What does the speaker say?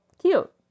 cute